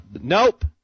Nope